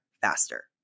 faster